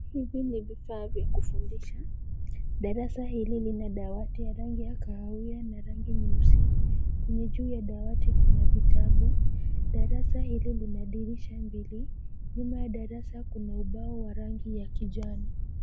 Hivi ni vifaa vya kufundisha, darasa hili lina dawati ya rangi ya kahawia na rangi nyeusi, kuna juu ya dawati kuna vitabu, darasa hili lina dirisha mbili, nyuma ya darasa kuna ubao kuna ubao wa rangi ya kijani.